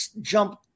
jump